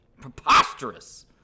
preposterous